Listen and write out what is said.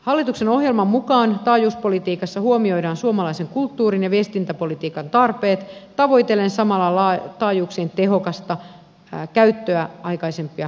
hallituksen ohjelman mukaan taajuuspolitiikassa huomioidaan suomalaisen kulttuurin ja viestintäpolitiikan tarpeet tavoitellen samalla taajuuksien tehokasta käyttöä aikaisempia kokemuksia hyödyntäen